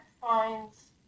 finds